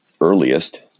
earliest